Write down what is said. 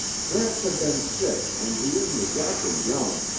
gramps had been sick and he isn't exactly young.